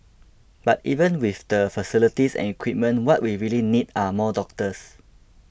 but even with the facilities and equipment what we really need are more doctors